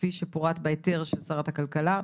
כפי שפורט בהיתר של שרת הכלכלה.